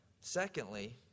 Secondly